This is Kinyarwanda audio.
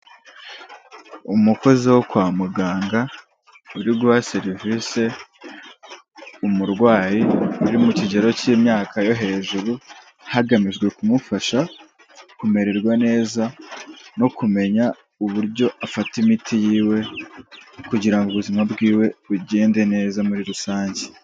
Umukozi wo kwa muganga, uri guha serivise umurwayi uri mu kigero cy'imyaka yo hejuru, hagamijwe kumufasha kumererwa neza no kumenya uburyo afata imiti yiwe, kugira ngo ubuzima bwiwe bugende neza muri rusange.